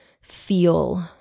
feel